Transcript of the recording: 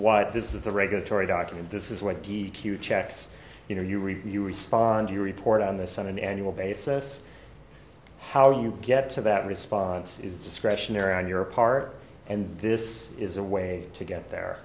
what this is the regulatory document this is what the q checks you know you read you respond you report on this on an annual basis how you get to that response is discretionary on your part and this is a way to get there